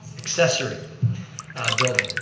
accessory building.